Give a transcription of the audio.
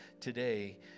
today